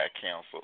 canceled